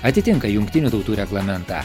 atitinka jungtinių tautų reglamentą